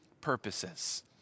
purposes